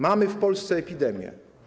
Mamy w Polsce epidemię.